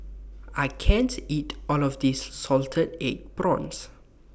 I can't eat All of This Salted Egg Prawns